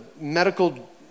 medical